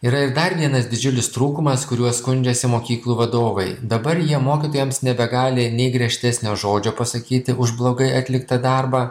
yra ir dar vienas didžiulis trūkumas kuriuo skundžiasi mokyklų vadovai dabar jie mokytojams nebegali nei griežtesnio žodžio pasakyti už blogai atliktą darbą